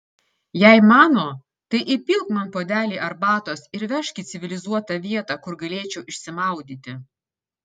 jei mano tai įpilk man puodelį arbatos ir vežk į civilizuotą vietą kur galėčiau išsimaudyti